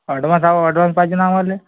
advance हवा advance पाहिजे ना आम्हाला